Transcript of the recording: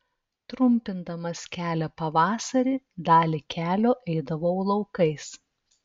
trumpindamas kelią pavasarį dalį kelio eidavau laukais